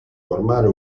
formare